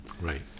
Right